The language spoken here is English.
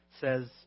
says